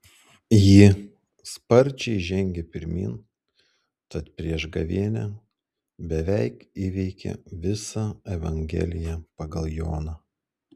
ji sparčiai žengė pirmyn tad prieš gavėnią beveik įveikė visą evangeliją pagal joną